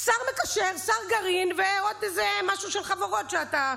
שר מקשר, שר גרעין ועוד איזה משהו של חברות שאתה,